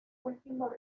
último